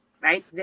right